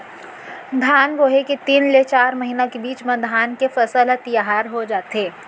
धान बोए के तीन ले चार महिना के बीच म धान के फसल ह तियार हो जाथे